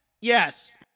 Yes